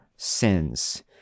sins